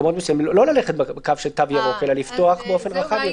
במקומות מסוימים לא ללכת בקו של תו ירוק אלא לפתוח באופן רחב יותר?